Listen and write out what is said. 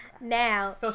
Now